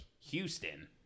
Houston